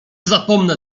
zapomnę